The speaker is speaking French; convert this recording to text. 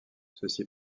ceci